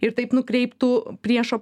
ir taip nukreiptų priešo